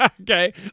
okay